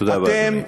תודה רבה, אדוני.